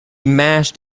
mashed